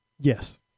Yes